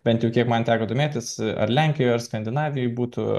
bent jau kiek man teko domėtis ar lenkijoj ar skandinavijoj būtų